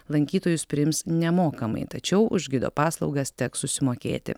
lankytojus priims nemokamai tačiau už gido paslaugas teks susimokėti